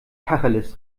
tacheles